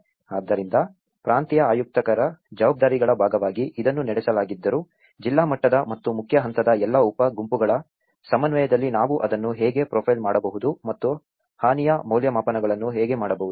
ಆದ್ದರಿಂದ ಪ್ರಾಂತೀಯ ಆಯುಕ್ತರ ಜವಾಬ್ದಾರಿಗಳ ಭಾಗವಾಗಿ ಇದನ್ನು ನಡೆಸಲಾಗಿದ್ದರೂ ಜಿಲ್ಲಾ ಮಟ್ಟದ ಮತ್ತು ಮುಖ್ಯ ಹಂತದ ಎಲ್ಲಾ ಉಪಗುಂಪುಗಳ ಸಮನ್ವಯದಲ್ಲಿ ನಾವು ಅದನ್ನು ಹೇಗೆ ಪ್ರೊಫೈಲ್ ಮಾಡಬಹುದು ಮತ್ತು ಹಾನಿಯ ಮೌಲ್ಯಮಾಪನಗಳನ್ನು ಹೇಗೆ ಮಾಡಬಹುದು